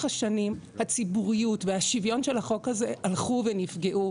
השנים הציבוריות והשוויון של החוק הזה הלכו ונפגעו,